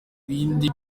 ibindi